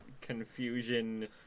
confusion